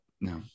No